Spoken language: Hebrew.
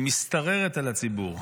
היא משתררת על הציבור,